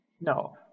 No